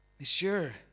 Monsieur